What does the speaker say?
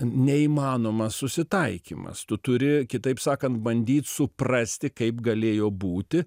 neįmanomas susitaikymas tu turi kitaip sakant bandyt suprasti kaip galėjo būti